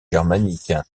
germanique